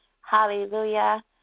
Hallelujah